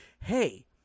hey